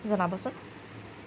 জনাবচোন